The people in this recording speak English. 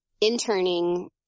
interning